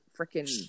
freaking